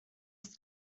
است